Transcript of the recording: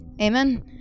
Amen